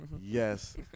yes